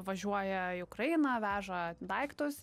važiuoja į ukrainą veža daiktus